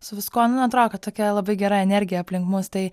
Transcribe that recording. su viskuo nu atrodo kad tokia labai gera energija aplink mus tai